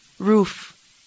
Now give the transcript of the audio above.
Roof